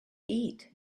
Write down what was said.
eat